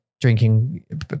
drinking